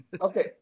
Okay